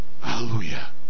hallelujah